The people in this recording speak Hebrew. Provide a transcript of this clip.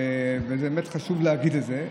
ובאמת חשוב להגיד את זה.